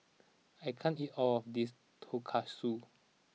I can't eat all of this Tonkatsu